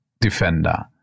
defender